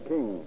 King